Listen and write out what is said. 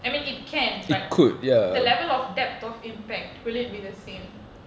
I mean it can but the level of depth of impact will it be the same